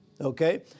okay